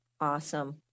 Awesome